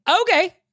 Okay